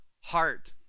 heart